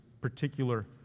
particular